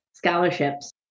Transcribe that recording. Scholarships